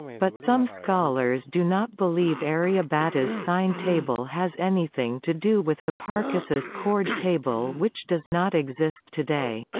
but some scholars do not believe aryabhata's sine table has anything to do with hipparchus's chord table which does not exist today.